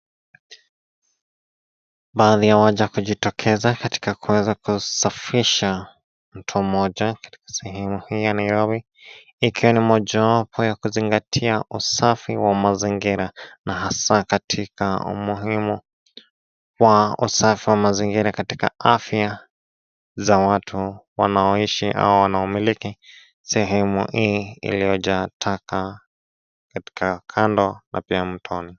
Baadhi ya waja kujitokeza katika kuweza kusafisha mto moja katika sehemu hii ya Nairobi ikiwa ni mojawapo ya kuzingatia usafi wa mazingira na hasa katika umuhimu wa usafi wa mazingira katika afya za watu wanaoishi au wanaomiliki sehemu ii iliyojaa taka katika kando na pia mtoni.